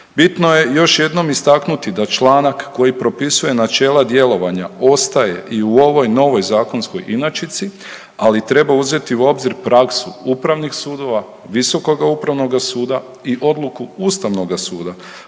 Bitno je još jednom istaknuti da članak koji propisuje načela djelovanja ostaje i u ovoj novoj zakonskoj inačici, ali treba uzeti u obzir praksu upravnih sudova, Visokoga upravnog suda i odluku Ustavnoga suda